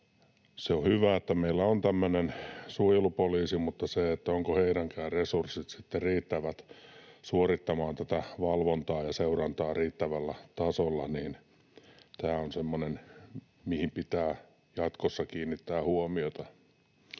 On hyvä, että meillä on tämmöinen suojelupoliisi, mutta se, ovatko heidänkään resurssinsa sitten riittävät suorittamaan tätä valvontaa ja seurantaa riittävällä tasolla, on semmoinen asia, mihin pitää jatkossa kiinnittää huomiota.